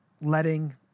letting